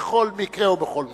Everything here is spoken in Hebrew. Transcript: בכל מקרה ובכל מצב.